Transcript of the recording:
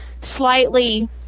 slightly